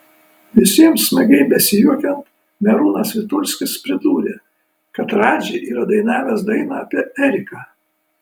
visiems smagiai besijuokiant merūnas vitulskis pridūrė kad radži yra dainavęs dainą apie eriką